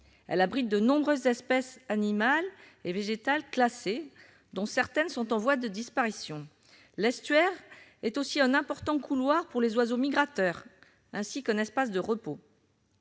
Elle abrite de nombreuses espèces animales et végétales classées, dont certaines sont en voie de disparition. L'estuaire est aussi un important couloir pour les oiseaux migrateurs, ainsi qu'un espace de repos.